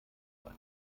sein